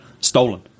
stolen